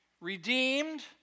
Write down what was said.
Redeemed